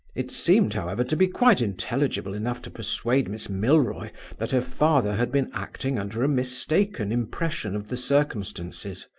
it seemed, however, to be quite intelligible enough to persuade miss milroy that her father had been acting under a mistaken impression of the circumstances.